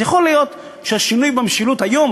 אז יכול להיות שהשינוי במשילות היום,